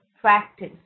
practice